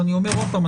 אני אומר עוד פעם,